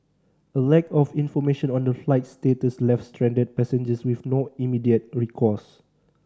a lack of information on the flight status left stranded passengers with no immediate recourse